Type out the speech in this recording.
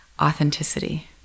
authenticity